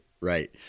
right